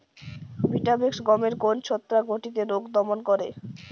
Vitavax গমের কোন ছত্রাক ঘটিত রোগ দমন করে?